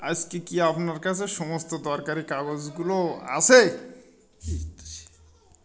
আজকে কি আপনার কাছে সমস্ত দরকারি কাগজগুলো আছে